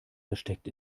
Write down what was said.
versteckt